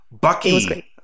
Bucky